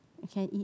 I can eat